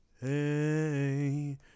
Hey